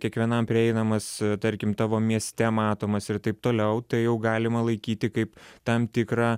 kiekvienam prieinamas tarkim tavo mieste matomas ir taip toliau tai jau galima laikyti kaip tam tikrą